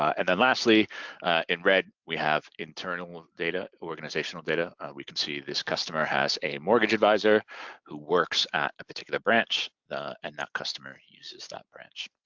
and then lastly in red we have internal data, organizational data. we can see this customer has a mortgage advisor who works at a particular branch and that customer uses that branch.